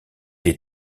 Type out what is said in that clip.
des